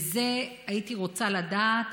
והייתי רוצה לדעת,